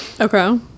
Okay